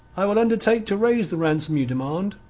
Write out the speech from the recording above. i will undertake to raise the ransom you demand,